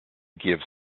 gives